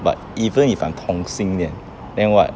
but even if I'm 同性恋 then what